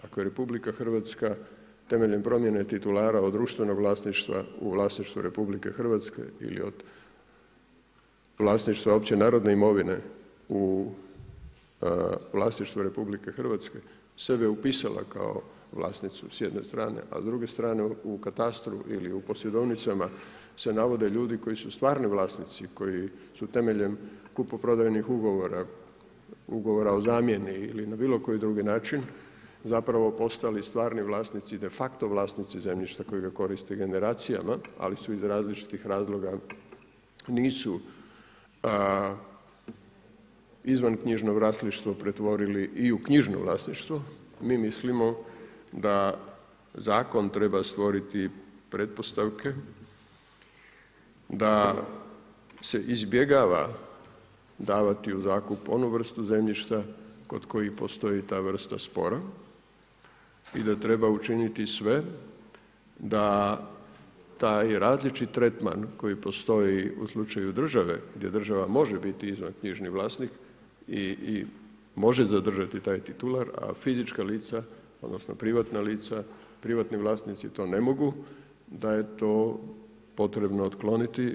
Ako je RH, temeljem promjene titulara u društvenom vlasništvu u vlasništvu RH i od vlasništva opće narodne imovine, u vlasništvu RH, sebe upisala kao vlasnicu s jedne strane, a s druge strane u katastru ili u posjedovnicama, se navode ljude koji su stvarni vlasnici, koji su temeljem kupoprodaje ugovora, ugovora o zamjeni ili na bilo koji drugi način, zapravo postali stvarni vlasnici, de facto vlasnici zemljišta kojega koristi generacijama, ali iz razlučih razloga nisu izvan knjižno vlasništvo pretvorili i u knjižno vlasništvo, mi mislimo da zakon treba stvoriti pretpostavke, da se izbjegava davati u zakup onu vrstu zemljišta kod kojeg postoji ta vrsta spora i da treba učiniti sve, da taj različiti tretman koji postoji u slučaju države, gdje država može biti izvan knjižni vlasnik, i može zadržati taj titular, a fizička lica, odnosno, privatna lica, privatni vlasnici to ne mogu, da je to potrebno otkloniti.